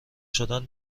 شدن